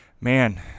Man